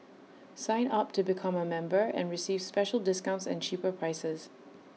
sign up to become A member and receive special discounts and cheaper prices